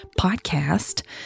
podcast